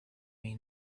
may